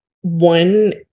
one